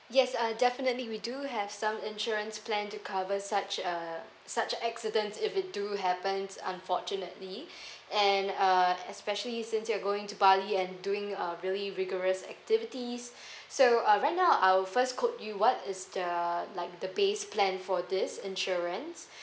yes uh definitely we do have some insurance plan to cover such a such accidents if it do happens unfortunately and uh especially since you're going to bali and doing uh really rigorous activities so uh right now I'll first cope you what is the like the base plan for this insurance